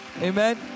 Amen